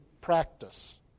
practice